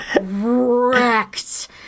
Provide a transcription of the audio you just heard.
wrecked